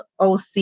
OC